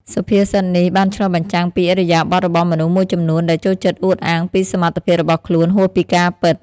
សុភាសិតនេះបានឆ្លុះបញ្ចាំងពីឥរិយាបថរបស់មនុស្សមួយចំនួនដែលចូលចិត្តអួតអាងពីសមត្ថភាពរបស់ខ្លួនហួសពីការពិត។